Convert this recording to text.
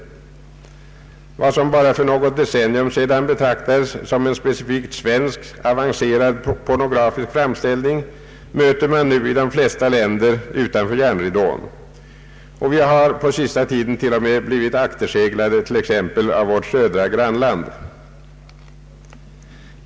Vad som för bara något decennium sedan betraktades som en specifik svensk, avancerad pornografisk framställning möter man nu i de flesta länder utanför järnridån, och vi har på senaste tiden till och med blivit akterseglade t.ex. av vårt södra grannland.